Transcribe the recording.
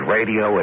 Radio